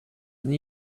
and